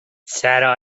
چرا